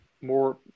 more